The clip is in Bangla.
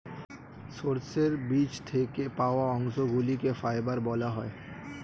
সর্ষের বীজ থেকে পাওয়া অংশগুলিকে ফাইবার বলা হয়